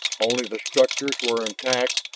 only the structures were intact,